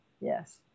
Yes